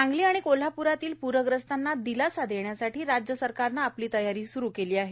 सांगली आणि कोल्हाप्रातील प्रग्रस्ताना दिलासा देण्यासाठी राज्य सरकारनं आपली तयारी सुरु केली आहे